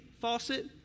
faucet